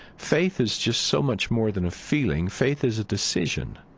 faith is just so much more than a feeling. faith is a decision.